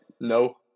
no